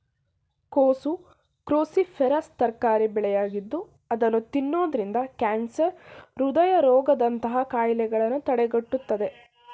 ಕೋಸು ಕ್ರೋಸಿಫೆರಸ್ ತರಕಾರಿ ಬೆಳೆಯಾಗಿದ್ದು ಅದನ್ನು ತಿನ್ನೋದ್ರಿಂದ ಕ್ಯಾನ್ಸರ್, ಹೃದಯ ರೋಗದಂತಹ ಕಾಯಿಲೆಗಳನ್ನು ತಡೆಗಟ್ಟುತ್ತದೆ